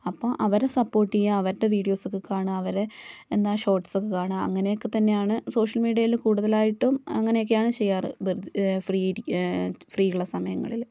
അപ്പോൾ അവരെ സപ്പോർട്ട് ചെയ്യുക അവരുടെ വീഡിയോസൊക്കെ കാണുക അവരെ എന്താ ഷോർട്സൊക്കെ കാണുക അങ്ങനെയൊക്കെത്തന്നെയാ ണ് സോഷ്യൽ മീഡിയയിൽ കൂടുതലായിട്ടും അങ്ങനെയൊക്കെയാണ് ചെയ്യാറ് ഫ്രീയുള്ള സമയങ്ങളിൽ